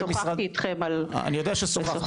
שוחחתי אתכם על כך.